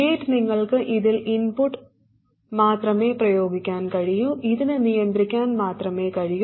gate നിങ്ങൾക്ക് ഇതിൽ input മാത്രമേ പ്രയോഗിക്കാൻ കഴിയൂ ഇതിന് നിയന്ത്രിക്കാൻ മാത്രമേ കഴിയൂ